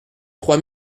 trois